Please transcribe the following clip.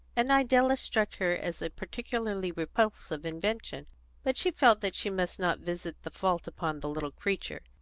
and idella struck her as a particularly repulsive invention but she felt that she must not visit the fault upon the little creature.